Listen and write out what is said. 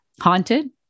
haunted